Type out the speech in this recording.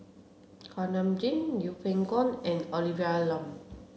Kuak Nam Jin Yeng Pway Ngon and Olivia Lum